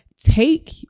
take